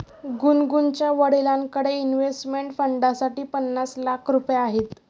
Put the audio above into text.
गुनगुनच्या वडिलांकडे इन्व्हेस्टमेंट फंडसाठी पन्नास लाख रुपये आहेत